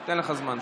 אני אתן לך זמן.